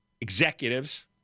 executives